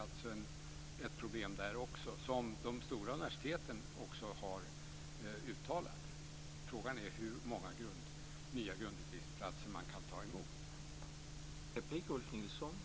Det finns ett problem där, som de stora universiteten också har uttalat. Frågan är hur många nya grundutbildningsplatser man kan ta emot.